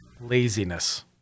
laziness